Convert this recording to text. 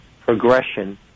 progression